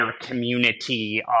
community